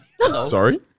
Sorry